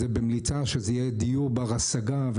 שזה יהיה דיור בר השגה,